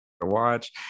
watch